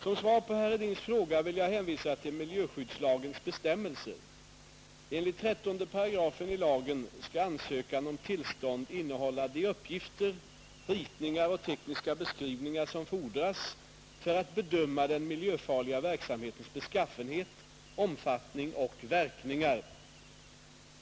Som svar på herr Hedins fråga vill jag hänvisa till miljöskyddslagens bestämmelser. Enligt 13 § i lagen skall ansökan om tillstånd innehålla de uppgifter, ritningar och tekniska beskrivningar som fordras för att bedöma den miljöfarliga verksamhetens beskaffenhet, omfattning och verkningar.